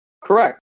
Correct